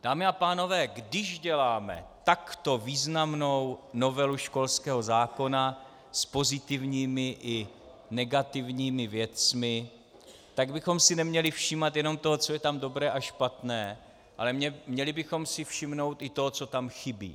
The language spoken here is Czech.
Dámy a pánové, když děláme takto významnou novelu školského zákona s pozitivními i negativními věcmi, tak bychom si neměli všímat jenom toho, co je tam dobré a špatné, ale měli bychom si všimnout i toho, co tam chybí.